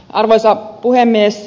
arvoisa puhemies